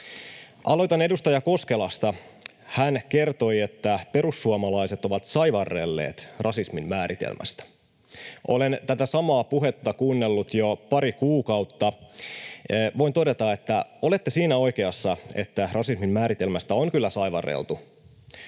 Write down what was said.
Aloitan edustaja Koskelasta. Hän kertoi, että perussuomalaiset ovat saivarrelleet rasismin määritelmästä. Olen tätä samaa puhetta kuunnellut jo pari kuukautta. Voin todeta, että olette siinä oikeassa, että rasismin määritelmästä on kyllä saivarreltu.